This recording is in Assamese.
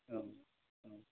অ অ